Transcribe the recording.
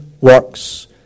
works